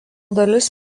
dalis